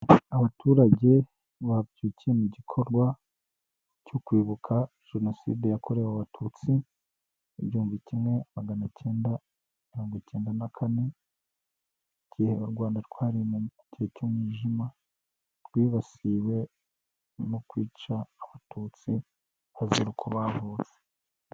Abaturage babyukiye mu gikorwa cyo kwibuka Jenoside yakorewe Abatutsi mu gihumbi kimwe maganakenda mirongocyenda na kane, igihe u Rwanda rwari mu gihe cy'umwijima, rwibasiwe no kwica Abatutsi bazira uko bavutse.